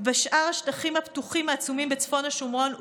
בשאר השטחים הפתוחים העצומים בצפון השומרון,